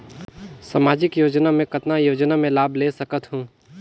समाजिक योजना मे कतना योजना मे लाभ ले सकत हूं?